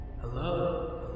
Hello